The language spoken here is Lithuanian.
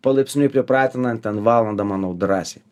palaipsniui pripratinant ten valandą manau drąsiai